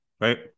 right